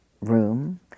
room